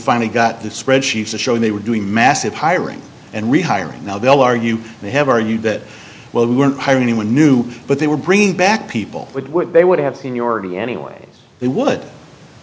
finally got the spreadsheets to show they were doing massive hiring and rehiring now they'll argue they have argued that well we're not hiring anyone new but they were bringing back people with what they would have seniority anyway they would